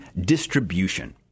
distribution